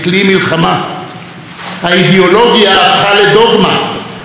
האידאולוגיה הפכה לדוגמה, הלהט, לעדריות,